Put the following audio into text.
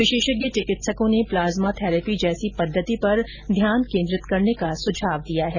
विशेषज्ञ चिकित्सकों ने प्लाज्मा थैरेपी जैसी पद्धति पर ध्यान केन्द्रित करने का सुझाव दिया है